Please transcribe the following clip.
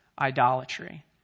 idolatry